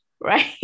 right